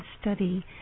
study